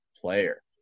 player